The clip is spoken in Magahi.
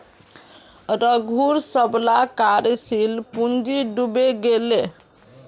रघूर सबला कार्यशील पूँजी डूबे गेले